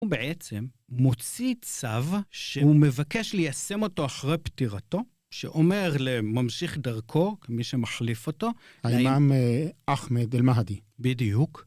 הוא בעצם מוציא צו שהוא מבקש ליישם אותו אחרי פטירתו, שאומר לממשיך דרכו, כמי שמחליף אותו, האימם אחמד אל-מהדי. בדיוק.